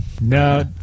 No